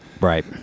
right